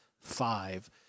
five